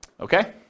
Okay